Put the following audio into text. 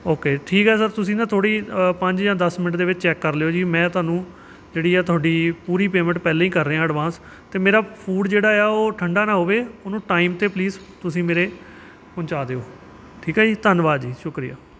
okay ਠੀਕ ਹੈ sir ਤੁਸੀਂ ਨਾ ਥੋੜ੍ਹੀ ਪੰਜ ਜਾਂ ਦਸ ਮਿੰਟ ਦੇ ਵਿੱਚ ਚੈੱਕ ਕਰ ਲਿਓ ਜੀ ਮੈਂ ਤੁਹਾਨੂੰ ਜਿਹੜੀ ਆ ਤੁਹਾਡੀ ਪੂਰੀ ਪੇਮੈਂਟ ਪਹਿਲਾਂ ਹੀ ਕਰ ਰਿਹਾਂ ਐਡਵਾਂਸ ਅਤੇ ਮੇਰਾ ਫੂਡ ਜਿਹੜਾ ਆ ਉਹ ਠੰਡਾ ਨਾ ਹੋਵੇ ਉਹਨੂੰ ਟਾਈਮ 'ਤੇ ਪਲੀਜ਼ ਤੁਸੀਂ ਮੇਰੇ ਪਹੁੰਚਾ ਦਿਓ ਠੀਕ ਹੈ ਜੀ ਧੰਨਵਾਦ ਜੀ ਸ਼ੁਕਰੀਆ